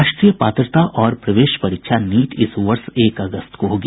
राष्ट्रीय पात्रता और प्रवेश परीक्षा नीट इस वर्ष एक अगस्त को होगी